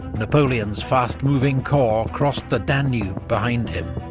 napoleon's fast-moving corps crossed the danube behind him,